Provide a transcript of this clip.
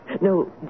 No